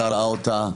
השר ראה אותה,